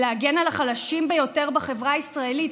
להגן על החלשים ביותר בחברה הישראלית.